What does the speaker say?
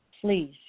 please